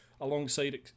alongside